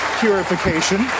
purification